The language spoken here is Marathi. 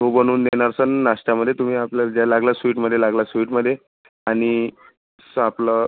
तो बनवून देणार सर मी नाश्त्यामध्ये सर तुम्ही आपल्याला लागल्या तर स्वीटमध्ये लागलं स्वीटमध्ये आणि आपलं